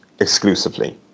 exclusively